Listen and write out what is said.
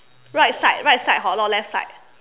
right side right side hor not left side